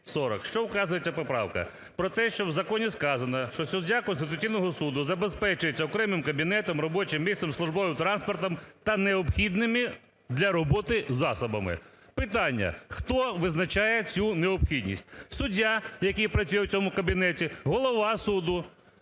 Що вказує ця поправка? Про те, що в законі сказано, що суддя Конституційного Суду забезпечується окремим кабінетом, робочим місце, службовим транспортом та необхідними для роботи засобами. Питання, хто визначає цю необхідність: суддя, який працює в цьому кабінеті, голова суду